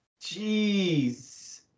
Jeez